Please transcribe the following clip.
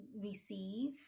receive